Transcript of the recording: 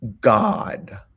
God